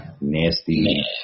nasty